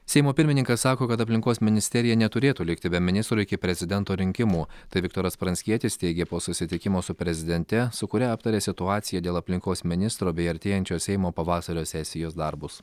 seimo pirmininkas sako kad aplinkos ministerija neturėtų likti be ministro iki prezidento rinkimų tai viktoras pranckietis teigė po susitikimo su prezidente su kuria aptarė situaciją dėl aplinkos ministro bei artėjančios seimo pavasario sesijos darbus